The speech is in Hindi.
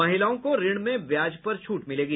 महिलाओं को ऋण में ब्याज पर छूट मिलेगी